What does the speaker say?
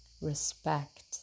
respect